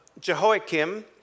Jehoiakim